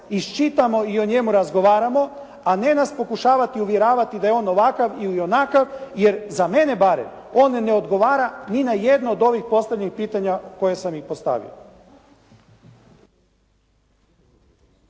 iščitamo i o njemu razgovaramo, a ne nas pokušavati uvjeravati da je on ovakav ili onakav jer za mene barem on ne odgovara ni na jedno od ovih postavljenih pitanja koje sam i postavio.